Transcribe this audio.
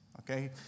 okay